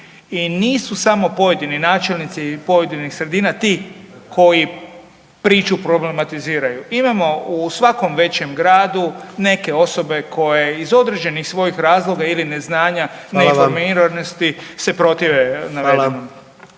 i nisu samo pojedini načelnici pojedinih sredina ti koji priču problematiziraju. Imamo u svakom većem gradu neke osobe koje iz određenih svojih razloga ili neznanja …/Upadica predsjednik: